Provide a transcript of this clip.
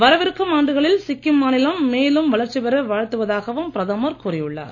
வரவிருக்கும் ஆண்டுகளில் சிக்கிம் மாநிலம் மேலும் வளர்ச்சி பெற வாழ்த்துவதாகவும் பிரதமர் கூறியுள்ளார்